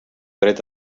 dret